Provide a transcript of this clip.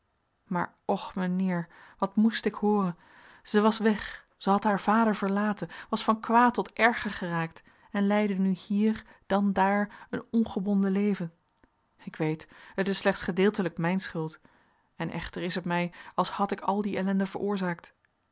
maar och mijnheer wat moest ik hooren zij was weg zij had haar vader verlaten was van kwaad tot erger geraakt en leidde nu hier dan daar een ongebonden leven ik weet het is slechts gedeeltelijk mijne schuld en echter is het mij als had ik al die ellende veroorzaakt